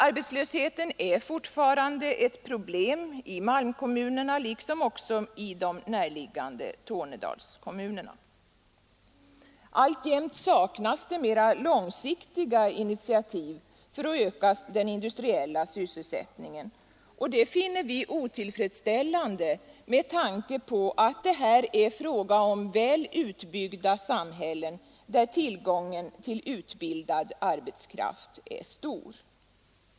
Arbetslösheten är fortfarande ett problem i malmkommunerna liksom i de närliggande Tornedalskommunerna. Alltjämt saknas mer långsiktiga initiativ för att öka den industriella sysselsättningen, och det finner vi otillfredsställande med tanke på att det här är fråga om väl utbyggda samhällen, där tillgången till utbildad arbetskraft är stor.